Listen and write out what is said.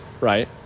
right